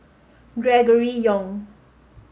Gregory Yong